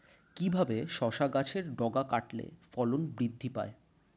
কিভাবে শসা গাছের ডগা কাটলে ফলন বৃদ্ধি পায়?